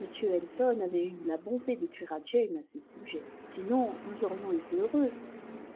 m elton avait eu la bonté d'écrire à jane à ce sujet sinon nous aurions été heureuses